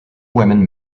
women